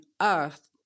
earth